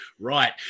right